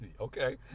okay